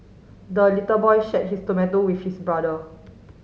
the little boy shared his tomato with his brother